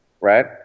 right